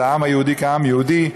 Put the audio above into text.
לעם היהודי כעם יהודי,